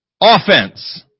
offense